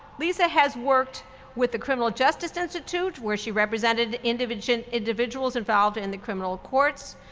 lisa has worked with the criminal justice institute where she represented individuals individuals involved in the criminal courts.